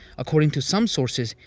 according to some sources,